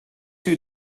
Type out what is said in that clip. two